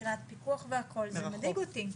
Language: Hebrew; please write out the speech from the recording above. מבחינת פיקוח והכול זה מדאיג אותי,